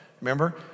remember